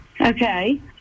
Okay